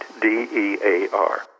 D-E-A-R